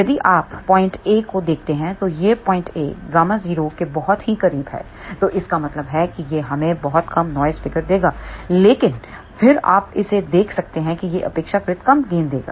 यदि आप point A को देखते हैं तो यह पॉइंट A Γ0 के बहुत ही करीब है तो इसका मतलब है कि यह हमें बहुत कम नॉइस फिगर देगा लेकिन फिर आप इसे देख सकते हैं यह अपेक्षाकृत कम गेन देगा